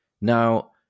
Now